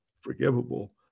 forgivable